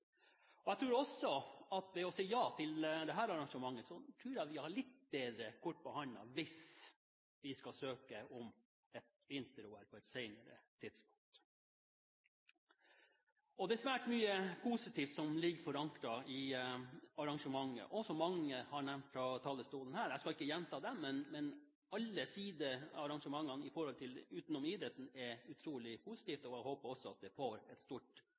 arrangementet har vi litt bedre kort på hånden hvis vi skal søke om et vinter-OL på et senere tidspunkt. Det er svært mye positivt som ligger forankret i arrangementet. Som mange har nevnt fra talerstolen her – jeg skal ikke gjenta det – er alle sider av arrangementet, også utenom idretten, utrolig positive, og jeg håper at det får stort